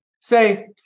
Say